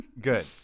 Good